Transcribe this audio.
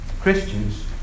Christians